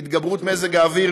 בהתגברות מזג האוויר